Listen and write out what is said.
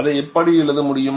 அதை எப்படி எழுத முடியும்